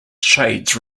shades